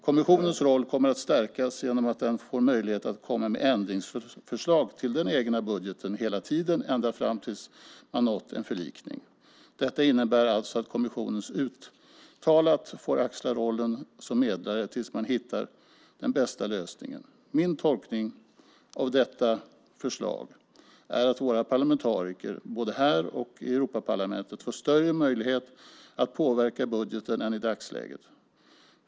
Kommissionens roll kommer att stärkas genom att den får möjlighet att komma med ändringsförslag till den egna budgeten hela tiden, ända fram tills man nått en förlikning. Detta innebär alltså att kommissionen uttalat får axla rollen som medlare tills man hittar den bästa lösningen. Min tolkning av detta förslag är att våra parlamentariker både här och i Europaparlamentet får större möjlighet att påverka budgeten än i dagsläget.